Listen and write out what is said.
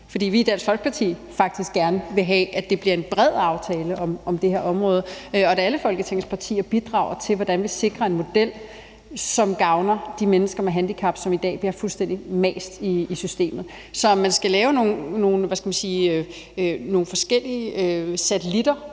for i Dansk Folkeparti vil vi gerne vil have, at det bliver en bred aftale om det her område, og at alle Folketingets partier bidrager til, hvordan vi sikrer en model, som gavner de mennesker med handicap, som i dag bliver fuldstændig mast i systemet. Så om man skal lave nogle forskellige satellitter,